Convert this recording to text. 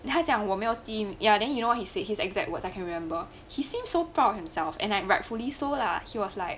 then 他还讲我没有 team ya then you know what he said his exact word I can remember he seemed so proud of himself and are rightfully so lah he was like